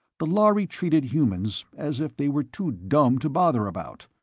the lhari treated humans as if they were too dumb to bother about.